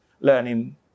learning